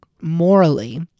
morally